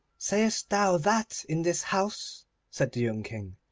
sayest thou that in this house said the young king,